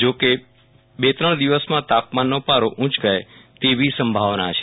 જોકે બે ત્રણ દિવસમાં તાપમાનનો પારો ઉચકાય તેવી સંભાવના છે